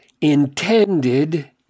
intended